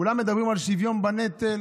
כולם מדברים על שוויון בנטל,